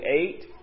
eight